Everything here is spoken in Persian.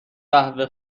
قهوه